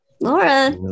Laura